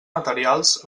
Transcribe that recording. materials